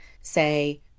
say